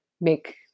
make